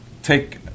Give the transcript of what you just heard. take